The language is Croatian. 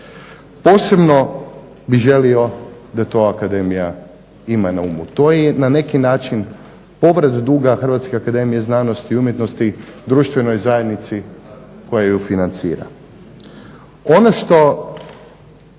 Posebno bih želio da to Akademija ima na umu. To je na neki način povrat duga Hrvatske akademije znanosti i umjetnosti društvenoj zajednici koja ju financira.